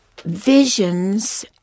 visions